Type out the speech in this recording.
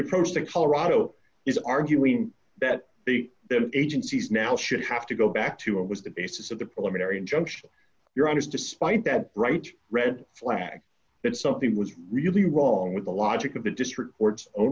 approach to colorado is arguing that the agencies now should have to go back to what was the basis of the preliminary injunction you're honest despite that right red flag that something was really wrong with the logic of the district courts o